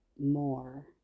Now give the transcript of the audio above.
more